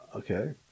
Okay